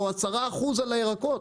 או עשרה אחוז על הירקות,